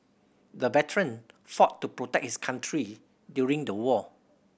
the veteran fought to protect his country during the war